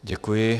Děkuji.